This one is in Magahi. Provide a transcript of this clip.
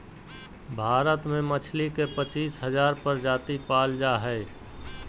भारत में मछली के पच्चीस हजार प्रजाति पाल जा हइ